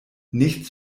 nichts